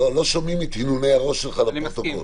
אני מסכים